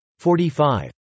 45